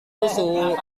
susu